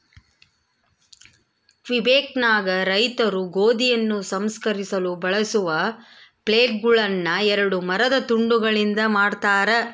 ಕ್ವಿಬೆಕ್ನಾಗ ರೈತರು ಗೋಧಿಯನ್ನು ಸಂಸ್ಕರಿಸಲು ಬಳಸುವ ಫ್ಲೇಲ್ಗಳುನ್ನ ಎರಡು ಮರದ ತುಂಡುಗಳಿಂದ ಮಾಡತಾರ